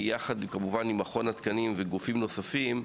יחד עם מכון התקנים ועם גופים נוספים,